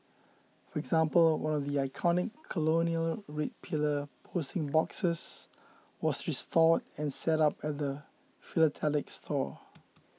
for example one of the iconic colonial red pillar posting boxes was restored and set up at the philatelic store